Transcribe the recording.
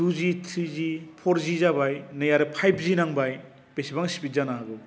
two G three G four G जाबाय नै आरो फाइभजि नांबाय बेसेबां स्पीड जानो हागौ